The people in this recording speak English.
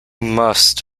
must